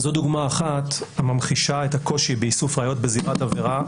זו דוגמה אחת הממחישה את הקושי באיסוף ראיות בזירת עבירה,